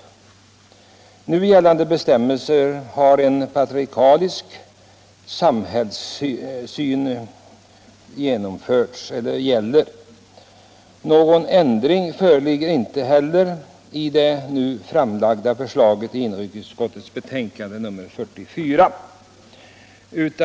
I nuvarande bestämmelser gäller en patriarkalisk samhällssyn. Någon ändring föreligger inte heller i det nu framlagda förslaget i inrikesutskottets betänkande nr 44.